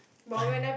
pio~